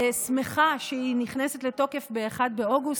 שמחה שהיא נכנסת לתוקף ב-1 באוגוסט,